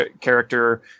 character